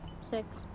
Six